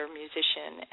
musician